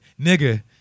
Nigga